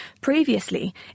Previously